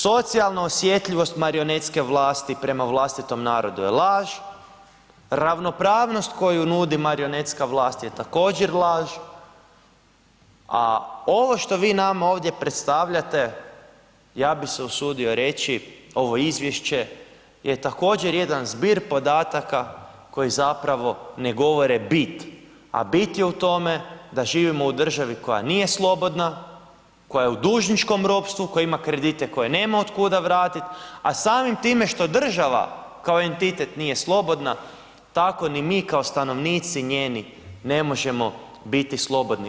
Socijalna osjetljivost marionetske vlasti prema vlastitom narodu je laž, ravnopravnost koju nudi marionetska vlast je također laž, a ovo što vi nama ovdje predstavljate, ja bi se usudio reći, ovo izvješće, je također jedan zbir podataka koji zapravo ne govore bit, a bit je u tome da živimo u državi koja nije slobodna, koja je u dužničkom ropstvu, koja ima kredite koje nema od kuda vratiti, a samim time što država kao entitet nije slobodna tako ni mi kao stanovnici njeni ne možemo biti slobodni.